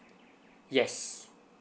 yes